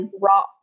raw